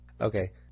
Okay